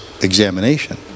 examination